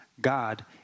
God